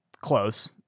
close